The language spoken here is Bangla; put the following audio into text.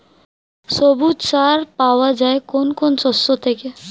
সবুজ সার পাওয়া যায় কোন কোন শস্য থেকে?